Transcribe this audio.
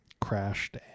crashed